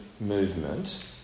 movement